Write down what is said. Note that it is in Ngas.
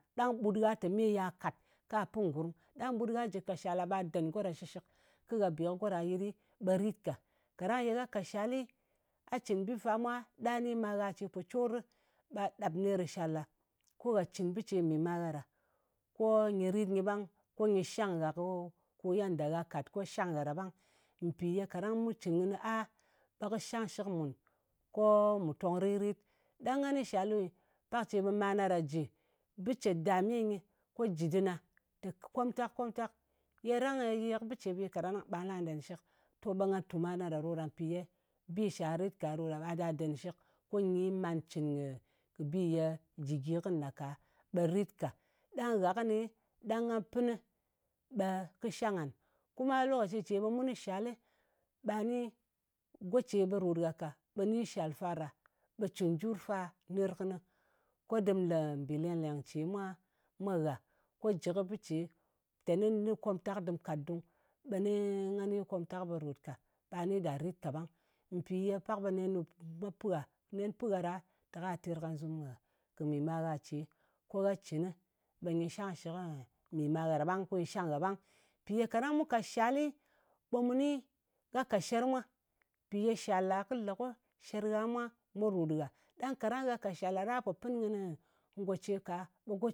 Ɗang ɓut gha te me ya kat ka pɨn ngurm, ɗang ɓut gha jɨ kat shal ɗa ɓe den go ɗa shɨshɨk, ko gha be kɔ go ɗa gha yɨt ɗɨ, ɓe rit ka. Kaɗang ye a ka shalɨ a cɨn bi fa mwa, ɗa ni ma gha ce pò corɨ, ɓɛ gha ɗap ner kɨ shàl ɗa, ko gha cɨn bɨ ce mɨ ma gha ɗa, ko nyɨ rit nyɨ ɓang, ko nyɨ shang gha, ko yanda gha kàt ko shang gha ɗa ɓang. Mpì ye kaɗang mu cɨn kɨnɨ a ɓe kɨ shangshɨk mùn ko mù tong rit-rit. Ɗang ngan kɨ shal ɗo nyɨ, pak ce ɓe mana ɗa jɨ. Bɨ ce dame nyɨ ko jɨ dɨna, te, komtak, komtak, ye rang-e? Yi yak bɨ ce nyɨ ka rang-e? Ɓà nla dèn shɨk. To ɓe nga tù mana ɗa ɗo, mpì ye bi shal rit ka ɗo ɗa. Ɓa da den shɨk, ko nyi man cɨn kɨ, kɨ bi ye jɨ gyi kɨnɨ ɗa ka be rit ka. Ɗang gha kɨni ɗang nga pɨn, ɓe kɨ shang ngan. Kuma lokaci ce ɓe mun kɨ shalɨ, ɓa ni, go ce ɓe ròt ghà ka, ɓe ni shal fa ɗa, ɓe cɨn jur fa ner kɨnɨ, ko dɨm le mbì leng-leng ce mwa ngha. Ko jɨ kɨ bɨ cde teni nɨ komtak dɨm kat ɗung, ɓe ni gha ni komtak ɓe rot ka, ɗa ni ɗa rit kaɓang. Mpì ye pak ɓe nen ɗo pɨ gha. Nen pɨ gha ɗa, te ka terkazɨm kɨ mɨ̀ ma gha ce. Ko gha cɨni, ɓe nyɨ shangshɨk mì ma gha ɗa, ko nyɨ shangshɨk gha ɓang. Mpi ye kaɗang mu kat shalɨ ɓe mu ni a ka sher mwa. Mpi ye shala, kɨ kí le ko sher gha mwa, mwa ròt gha. Ɗang kaɗang a ka shal ɗa, ɗang ghà po pɨn kɨnɨ ngò ce ka